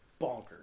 Bonkers